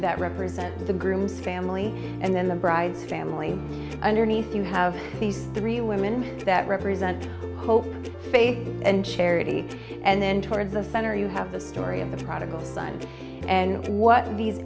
that represent the groom's family and then the bride's family underneath you have these three women that represent hope faith and charity and then towards the center you have the story of the prodigal son and what these